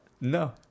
No